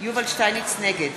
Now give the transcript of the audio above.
נגד